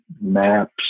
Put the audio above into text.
maps